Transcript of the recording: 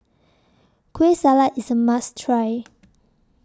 Kueh Salat IS A must Try